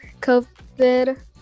covid